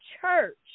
church